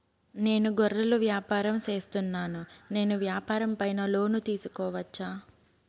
నేను గొర్రెలు వ్యాపారం సేస్తున్నాను, నేను వ్యాపారం పైన లోను తీసుకోవచ్చా?